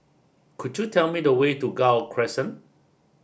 could you tell me the way to Gul Crescent